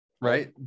right